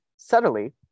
Subtly